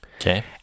okay